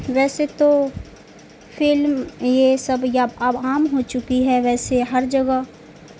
ویسے تو فلم یہ سب یہ اب اب عام ہو چکی ہے ویسے ہر جگہ